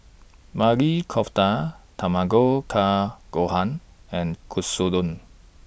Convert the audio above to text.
Maili Kofta Tamago Kake Gohan and Katsudon